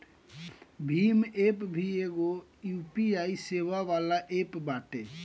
Bhim app भी एगो UPI सेवा वाला एप्प बाटे